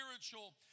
spiritual